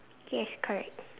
yes correct